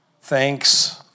thanks